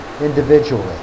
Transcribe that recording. individually